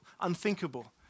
unthinkable